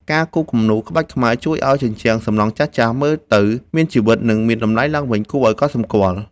ការគូរគំនូរក្បាច់ខ្មែរជួយឱ្យជញ្ជាំងសំណង់ចាស់ៗមើលទៅមានជីវិត និងមានតម្លៃឡើងវិញគួរឱ្យកត់សម្គាល់។